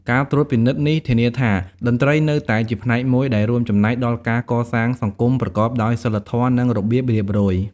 ការត្រួតពិនិត្យនេះធានាថា តន្ត្រីនៅតែជាផ្នែកមួយដែលរួមចំណែកដល់ការកសាងសង្គមប្រកបដោយសីលធម៌ និងរបៀបរៀបរយ។